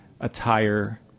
attire